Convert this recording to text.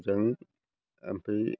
मोजांयै ओमफ्राय